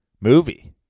movie